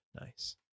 Nice